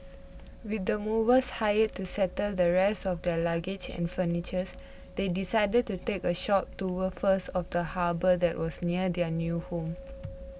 with the movers hired to settle the rest of their luggage and furniture's they decided to take a short tour first of the harbour that was near their new home